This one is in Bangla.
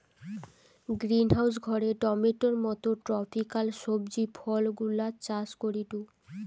গ্রিনহাউস ঘরে টমেটোর মত ট্রপিকাল সবজি ফলগুলা চাষ করিটু